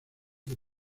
del